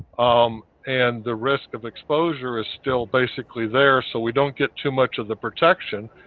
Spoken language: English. um and the risk of exposure is still basically there so we don't get too much of the protection,